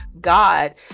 God